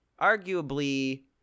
arguably